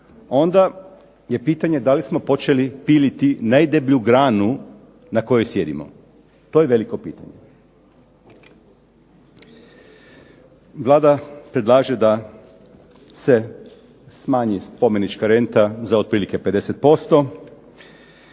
onda je pitanje da li smo počeli piliti najdeblju granu na kojoj sjedimo? To je veliko pitanje. Vlada predlaže da se smanji spomenička renta za otprilike 50%,